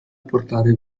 portare